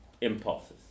impulses